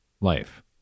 life